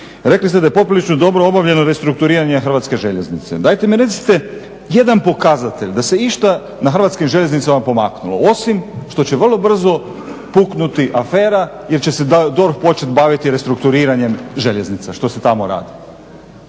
Rekli ste da je poprilično dobro obavljeno restrukturiranje HŽ-a. Dajte mi recite jedan pokazatelj da se išta na HŽ-u pomaknulo, osim što će vrlo brzo puknuti afera jer će DORH početi baviti restrukturiranjem željeznica što se tamo radi.